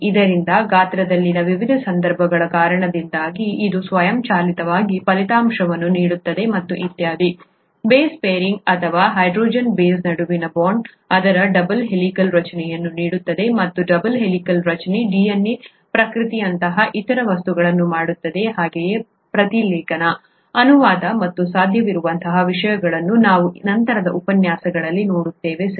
ಆದ್ದರಿಂದ ಗಾತ್ರದಲ್ಲಿನ ವಿವಿಧ ನಿರ್ಬಂಧಗಳ ಕಾರಣದಿಂದಾಗಿ ಇದು ಸ್ವಯಂಚಾಲಿತವಾಗಿ ಫಲಿತಾಂಶವನ್ನು ನೀಡುತ್ತದೆ ಮತ್ತು ಇತ್ಯಾದಿ ಬೇಸ್ ಪೇರಿಂಗ್ ಅಥವಾ ಹೈಡ್ರೋಜನ್ ಬೇಸ್ಗಳ ನಡುವಿನ ಬಾಂಡ್ ಅದರ ಡಬಲ್ ಹೆಲಿಕಲ್ ರಚನೆಯನ್ನು ನೀಡುತ್ತದೆ ಮತ್ತು ಡಬಲ್ ಹೆಲಿಕಲ್ ರಚನೆಯು DNA ಪ್ರತಿಕೃತಿಯಂತಹ ಇತರ ವಸ್ತುಗಳನ್ನು ಮಾಡುತ್ತದೆ ಹಾಗೆಯೇ ಪ್ರತಿಲೇಖನ ಅನುವಾದ ಮತ್ತು ಸಾಧ್ಯವಿರುವಂತಹ ವಿಷಯಗಳನ್ನು ನಾವು ನಂತರದ ಉಪನ್ಯಾಸಗಳಲ್ಲಿ ನೋಡುತ್ತೇವೆ ಸರಿ